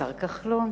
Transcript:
השר כחלון.